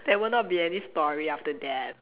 there will not be any story after that